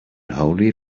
holly